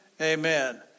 Amen